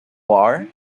war